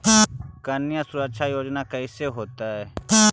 कन्या सुरक्षा योजना कैसे होतै?